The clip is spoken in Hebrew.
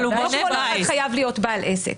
לא כל אחד חייב להיות בעל עסק.